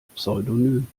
pseudonym